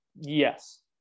Yes